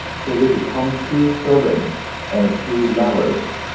so they become true servants and. true lovers.